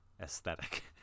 aesthetic